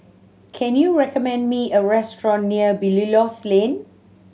can you recommend me a restaurant near Belilios Lane